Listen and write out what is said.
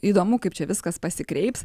įdomu kaip čia viskas pasikreips